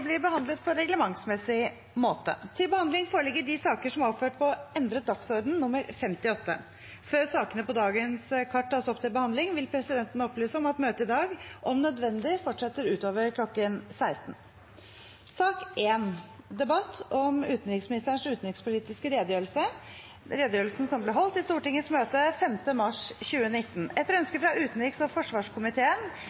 behandlet på reglementsmessig måte. Før sakene på dagens kart tas opp til behandling, vil presidenten opplyse om at møtet i dag om nødvendig fortsetter utover kl. 16.